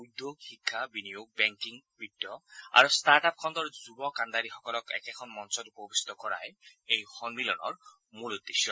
উদ্যোগ শিক্ষা বিনিয়োগ বেংকিং বিত্ত আৰু ষ্টাৰ্ট আপ খণ্ডৰ যুৱ কাণ্ডাৰীসকলক একেখন মঞ্চত উপৱিষ্ট কৰাই এই সন্মিলনৰ মুল উদ্দেশ্য